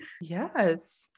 Yes